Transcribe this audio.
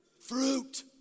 fruit